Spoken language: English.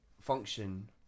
function